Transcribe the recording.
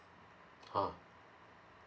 oh